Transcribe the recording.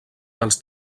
dels